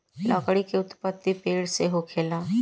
लकड़ी के उत्पति पेड़ से होखेला